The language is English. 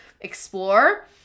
explore